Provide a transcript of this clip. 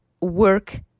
work